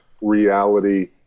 reality